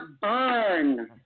burn